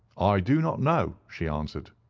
i do not know she answered.